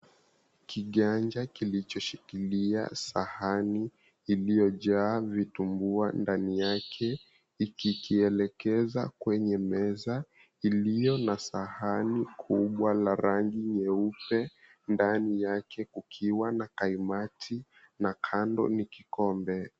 Kiganja kilichoshikilia sahani iliyojaa vitumbua ndani yake ikikielekeza kwenye meza iliyo na sahani kubwa la rangi nyeupe, ndani yake kukiwa na kaimati na kando ni kikombe.